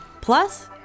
Plus